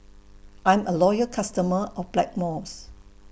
I'm A Loyal customer of Blackmores